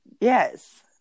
yes